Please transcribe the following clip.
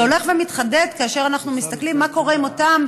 זה הולך ומתחדד כאשר אנחנו מסתכלים מה קורה עם אותם